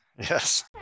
Yes